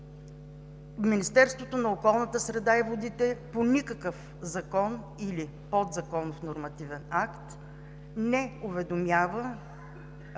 Министерството на околната среда и водите по никакъв закон или подзаконов нормативен акт не уведомява